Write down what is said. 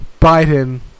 Biden